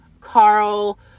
Carl